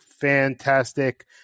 fantastic